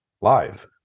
live